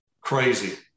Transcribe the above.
crazy